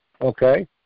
okay